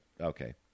okay